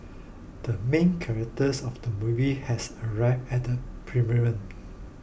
the main characters of the movie has arrived at the premiere